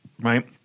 right